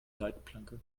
leitplanke